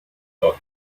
tot